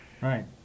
Right